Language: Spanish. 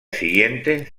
siguiente